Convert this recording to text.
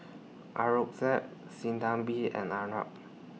Aurangzeb Sinnathamby and Arnab